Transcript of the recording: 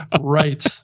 Right